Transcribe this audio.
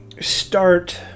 start